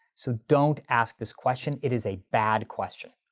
so don't ask this question, it is a bad question.